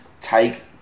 take